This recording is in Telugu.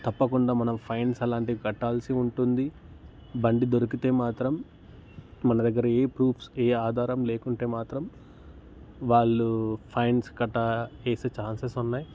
తప్పకుండా మనం ఫైన్స్ అలాంటివి కట్టాల్సి ఉంటుంది బండి దొరికితే మాత్రం మన దగ్గర ఏ ప్రూఫ్స్ ఏ ఆధారం లేకుంటే మాత్రం వాళ్ళు ఫైన్స్ గట్రా వేసే చాన్సె స్ ఉన్నాయి